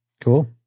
Cool